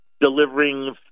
delivering